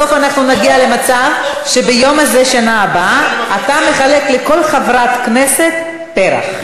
בסוף אנחנו נגיע למצב שביום הזה בשנה הבאה אתה מחלק לכל חברת כנסת פרח.